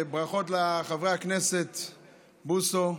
ברכות לחברי הכנסת בוסו,